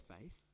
faith